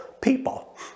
people